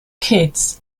kids